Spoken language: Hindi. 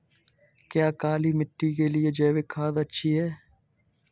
क्या काली मिट्टी के लिए जैविक खाद अच्छी है?